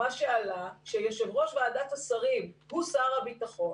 מה שעלה שיושב-ראש ועדת השרים הוא שר הביטחון.